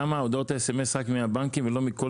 למה הודעות אס.אמ.אס רק מהבנקים ולא מכל